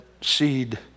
seed